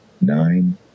Nine